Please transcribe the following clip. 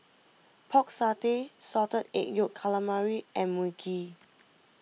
Pork Satay Salted Egg Yolk Calamari and Mui Kee